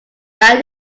like